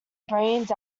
brains